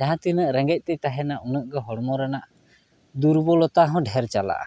ᱡᱟᱦᱟᱸ ᱛᱤᱱᱟᱹᱜ ᱨᱮᱸᱜᱮᱡ ᱛᱮᱭ ᱛᱟᱦᱮᱱᱟ ᱩᱱᱟᱹᱜ ᱜᱮ ᱦᱚᱲᱢᱚ ᱨᱮᱱᱟᱜ ᱫᱩᱨᱵᱚᱞᱚᱛᱟ ᱦᱚᱸ ᱰᱷᱮᱨ ᱪᱟᱞᱟᱜᱼᱟ